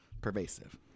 Pervasive